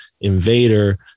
invader